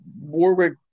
Warwick